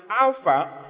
Alpha